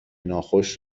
ناخوش